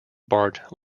bart